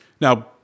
Now